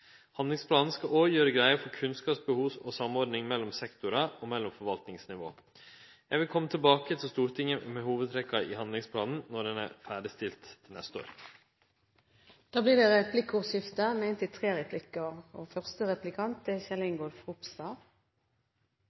Handlingsplanen skal òg gjere greie for kunnskapsbehov og samordning mellom sektorar og mellom forvaltningsnivå. Eg vil kome tilbake til Stortinget med hovudtrekka i handlingsplanen når han er ferdigstilt neste år. Det blir replikkordskifte. Et viktig område av naturmangfold er konflikten mellom olje og